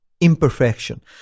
imperfection